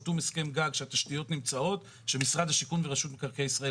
כי אני חושב שהחסם האמיתי לדיור בסוף זה הסיפור הזה.